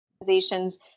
organizations